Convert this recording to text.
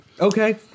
Okay